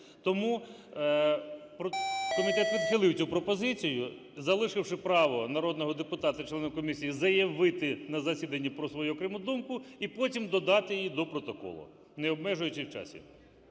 Тому комітет відхилив цю пропозицію, залишивши право народного депутата, члена комісії, заявити на засіданні про свою окрему думку і потім додати її до протоколу, не обмежуючи в часі.